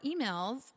emails